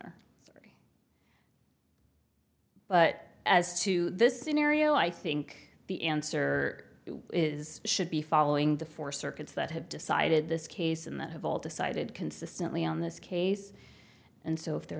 or but as to the scenario i think the answer is should be following the four circuits that have decided this case and that have all decided consistently on this case and so if there